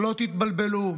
שלא תתבלבלו,